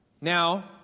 Now